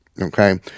Okay